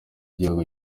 igihugu